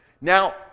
Now